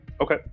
Okay